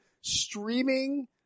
streaming